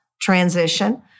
transition